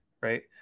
right